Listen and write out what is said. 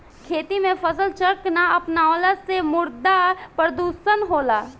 खेती में फसल चक्र ना अपनवला से मृदा प्रदुषण होला